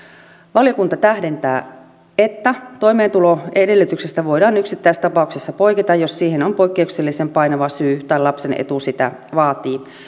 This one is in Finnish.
valiokunta tähdentää että toimeentuloedellytyksestä voidaan yksittäistapauksessa poiketa jos siihen on poikkeuksellisen painava syy tai lapsen etu sitä vaatii